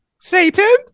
Satan